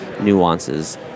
nuances